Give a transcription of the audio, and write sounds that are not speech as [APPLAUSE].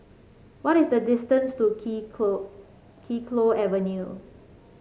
what is the distance to Kee [UNINTELLIGIBLE] Kee [UNINTELLIGIBLE] Avenue